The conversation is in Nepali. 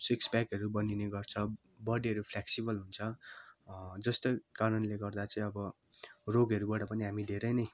सिक्स प्याकहरू बनिने गर्छ बडीहरू फ्लेक्सिबल हुन्छ यस्तै कारणले गर्दा चाहिँ अब रोगहरूबाट पनि हामी धेरै नै